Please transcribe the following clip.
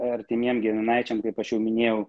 artimiems giminaičiams kaip aš jau minėjau